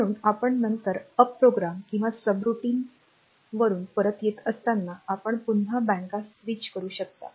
म्हणून आपण नंतर उप प्रोग्राम किंवा सब रुटीनवरून परत येत असताना आपण पुन्हा बँका स्विच करू शकता